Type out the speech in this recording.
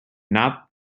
not